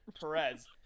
Perez